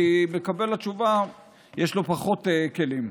כי למקבל התשובה יש פחות כלים.